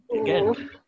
Again